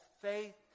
faith